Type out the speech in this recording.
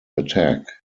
attack